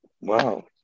Wow